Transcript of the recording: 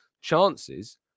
chances